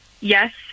yes